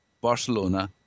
Barcelona